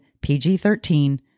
PG-13